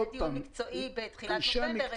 יהיה דיון מקצועי בתחילת נובמבר אצל המנכ"ל.